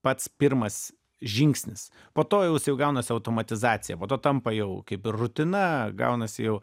pats pirmas žingsnis po to jaus jau gaunasi automatizacija po to tampa jau kaip ir rutina gaunasi jau